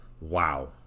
wow